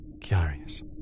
Curious